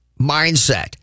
mindset